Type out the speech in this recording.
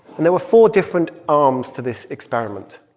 and there were four different arms to this experiment.